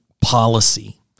policy